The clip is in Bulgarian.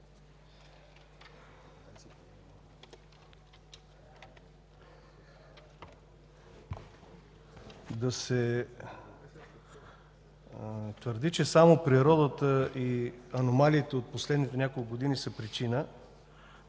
Да се твърди, че само природата и аномалиите от последните няколко години са причина